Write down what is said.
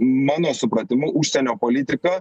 mano supratimu užsienio politika